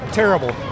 terrible